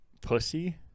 Pussy